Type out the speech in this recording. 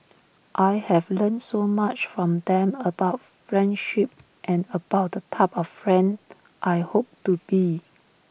I have learnt so much from them about friendship and about the type of friend I hope to be